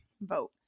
vote